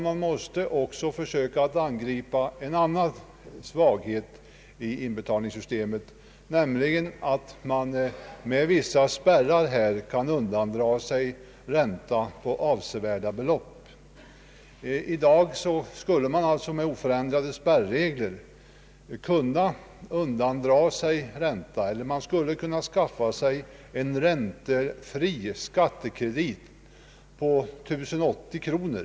Man måste också försöka angripa en annan svaghet i inbetalningssystemet, nämligen att den skattskyldige med nuvarande spärregler kan undandra sig att betala ränta på avsevärda belopp. Med oförändrade spärrregler skulle man kunna skaffa sig en räntefri skattekredit på 1080 kronor.